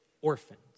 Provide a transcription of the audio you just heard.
orphans